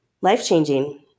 life-changing